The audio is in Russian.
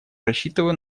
рассчитываю